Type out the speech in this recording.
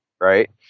right